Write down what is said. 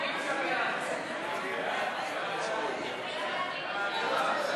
ההצעה להעביר את הצעת חוק שירות אזרחי,